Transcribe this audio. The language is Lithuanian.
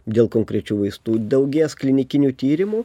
dėl konkrečių vaistų daugės klinikinių tyrimų